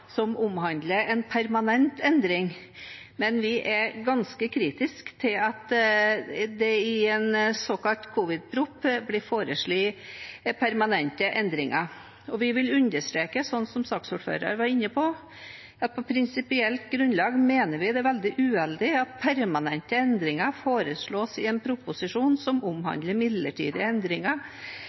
som omhandler en permanent endring, men vi er ganske kritiske til at det i en såkalt covid-proposisjon blir foreslått permanente endringer. Vi vil understreke, som representanten Olemic Thommessen var inne på, at på prinsipielt grunnlag mener vi det er veldig uheldig at permanente endringer foreslås i en proposisjon som omhandler midlertidige endringer